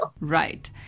Right